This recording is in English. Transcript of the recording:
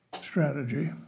strategy